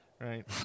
Right